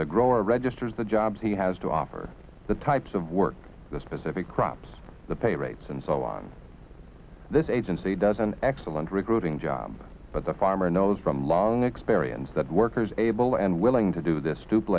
the grower registers the jobs he has to offer the types of work the specific crops the pay rates and so on this agency does an excellent recruiting job but the farmer knows from long experience that workers able and willing to do this